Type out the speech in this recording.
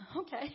okay